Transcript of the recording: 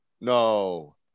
no